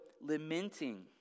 lamenting